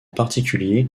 particulier